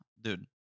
dude